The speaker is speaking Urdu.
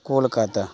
کولکاتہ